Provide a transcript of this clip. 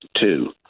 Two